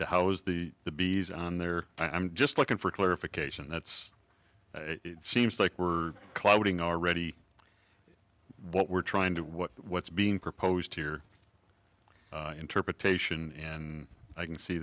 to how is the the bees on there i'm just looking for clarification that's it seems like we're clouding already what we're trying to what what's being proposed here interpretation and i can see